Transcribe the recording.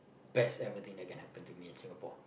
best ever thing that can happen to me in Singapore